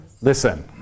listen